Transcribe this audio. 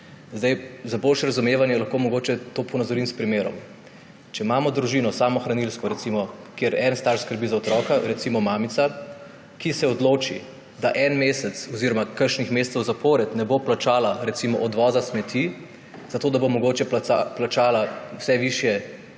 Za boljše razumevanje lahko mogoče to ponazorim s primerom. Če imamo recimo samohranilsko družino, kjer en starš skrbi za otroka, recimo mamico, ki se odloči, da en mesec oziroma nekaj mesecev zapored ne bo plačala odvoza smeti, zato da bo mogoče plačala vse višje